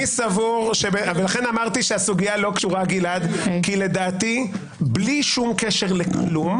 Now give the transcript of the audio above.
לכן אמרתי שהסוגייה לא קשורה כי לדעתי בלי שום קשר לכלום,